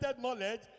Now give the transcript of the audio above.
knowledge